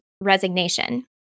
resignation